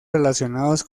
relacionados